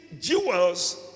jewels